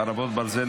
חרבות ברזל,